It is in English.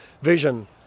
vision